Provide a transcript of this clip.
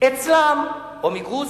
או מגרוזיה,